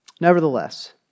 Nevertheless